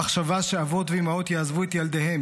המחשבה שאבות ואימהות יעזבו את ילדיהם,